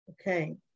Okay